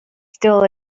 still